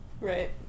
right